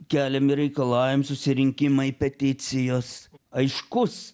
keliami reikalavim susirinkimai peticijos aiškus